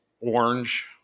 orange